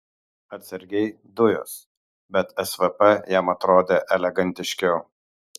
atsargiai dujos bet svp jam atrodė elegantiškiau